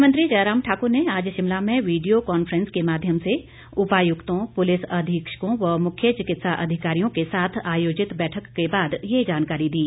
मुख्यमंत्री जयराम ठाकुर ने आज शिमला में वीडियो कांफ्रेंस के माध्यम से उपायुक्तों पुलिस अधीक्षकों व मुख्य चिकित्सा अधिकारियों के साथ आयोजित बैठक के बाद ये जानकारी दी